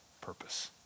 purpose